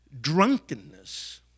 drunkenness